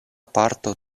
parto